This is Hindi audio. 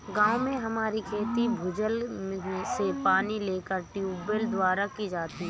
गांव में हमारी खेती भूजल से पानी लेकर ट्यूबवेल द्वारा की जाती है